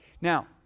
Now